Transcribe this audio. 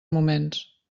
moments